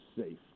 safe